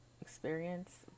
experience